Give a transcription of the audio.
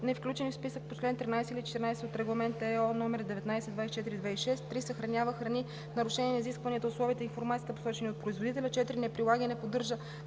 невключени в списък по чл. 13 или 14 от Регламент (ЕО) № 1924/2006; 3. съхранява храни в нарушение на изискванията, условията и информацията, посочени от производителя; 4. не прилага и не поддържа